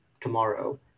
tomorrow